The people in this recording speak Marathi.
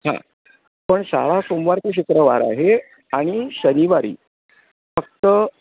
हां पण शाळा सोमवार ते शुक्रवार आहे आणि शनिवारी फक्त